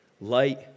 light